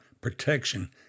protection